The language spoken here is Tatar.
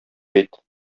әйт